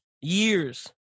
Years